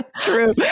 True